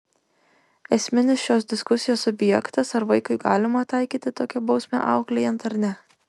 esminis šios diskusijos objektas ar vaikui galima taikyti tokią bausmę auklėjant ar ne